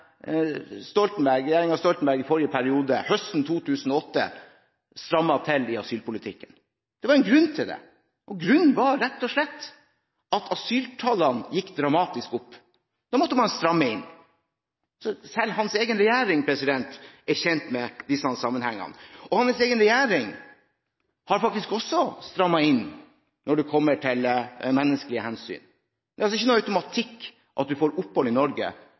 Stoltenberg i forrige periode – høsten 2008 – strammet til i asylpolitikken. Det var en grunn til det. Grunnen var rett og slett at asyltallene gikk dramatisk opp. Da måtte man stramme inn. Så selv hans egen regjering er kjent med disse sammenhengene. Hans egen regjering har faktisk også strammet inn når det kommer til menneskelige hensyn. Det er altså ikke noe automatikk i at man får opphold i Norge